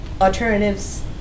alternatives